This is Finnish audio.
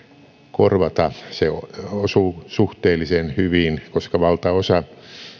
korvata se osuu suhteellisen hyvin koska valtaosa